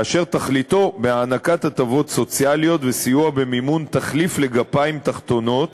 ותכליתו בהענקת הטבות סוציאליות וסיוע במימון תחליף לגפיים תחתונות